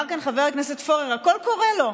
אמר כאן חבר הכנסת פורר: הכול קורה לו,